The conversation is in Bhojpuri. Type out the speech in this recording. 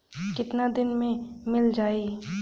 कितना दिन में मील जाई?